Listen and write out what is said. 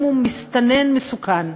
הוא מסתנן מסוכן?